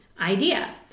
idea